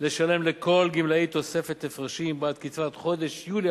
לשלם לכל גמלאי תוספת הפרשים בעד קצבת חודש יולי